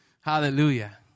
Hallelujah